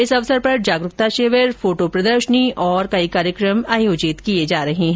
इस अवसर पर जागरूकता शिविर फोटोप्रदर्शनी और कई कार्यकम आयोजित किए जा रहे है